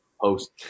post